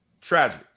Tragic